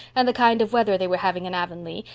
and the kind of weather they were having in avonlea,